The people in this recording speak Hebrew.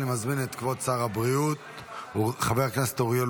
אני מזמין את כבוד שר הבריאות חבר הכנסת אוריאל